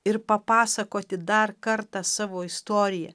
ir papasakoti dar kartą savo istoriją